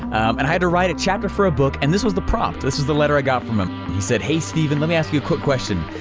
and how to write a chapter for a book and this was the prompt. this is the letter i got from him. he said hey steven, let me ask you a quick question.